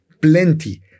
plenty